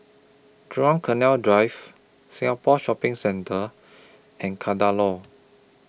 Jurong Canal Drive Singapore Shopping Centre and Kadaloor